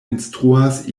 instruas